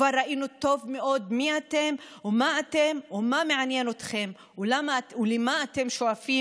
כבר ראינו טוב מאוד מי אתם ומה אתם ומה מעניין אתכם ולמה אתם שואפים.